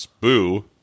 boo